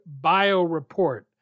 BioReport